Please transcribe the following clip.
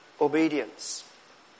Obedience